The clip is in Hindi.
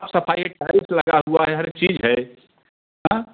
साफ़ सफ़ाई टाइल्स लगा हुआ है हर चीज़ है हाँ